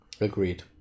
Agreed